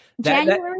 January